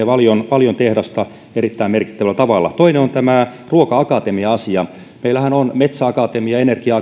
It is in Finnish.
valion tehdasta erittäin merkittävällä tavalla toinen on tämä ruoka akatemia asia meillähän on metsäakatemia energia